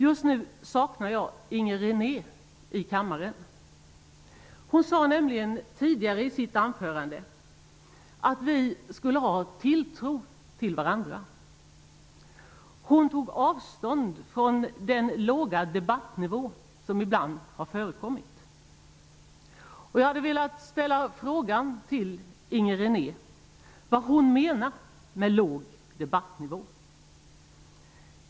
Just nu saknar jag Inger René i kammaren. Hon sade nämligen i sitt anförande tidigare i dag att vi skulle ha tilltro till varandra. Hon tog avstånd från den låga debattnivå som ibland har förekommit. Jag hade velat ställa frågan till Inger René vad hon menar med låg debattnivå.